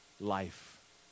life